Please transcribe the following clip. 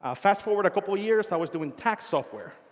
ah fast-forward a couple of years, i was doing tax software.